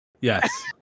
Yes